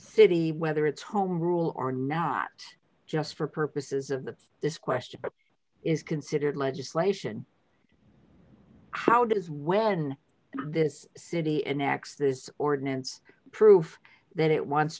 city whether it's home rule or not just for purposes of this this question is considered legislation how does when this city annex this ordinance proof that it wants